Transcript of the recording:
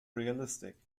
realistic